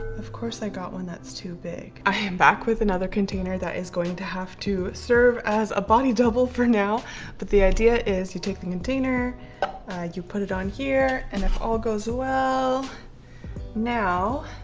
of course i got one that's too big i am back with another container that is going to have to serve as a body double for now but the idea is you take the container you put it on here, and if all goes well now